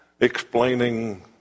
explaining